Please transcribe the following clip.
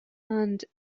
and